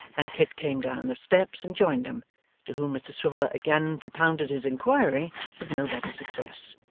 and kit came down the steps and joined them to whom mr swiveller again propounded his inquiry with no better success.